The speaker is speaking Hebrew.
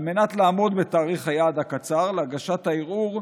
על מנת לעמוד בתאריך היעד הקצר להגשת הערעור,